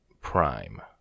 Prime